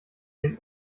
dem